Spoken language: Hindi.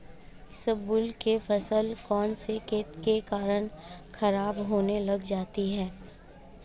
इसबगोल की फसल कौनसे कीट के कारण खराब होने लग जाती है?